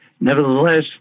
Nevertheless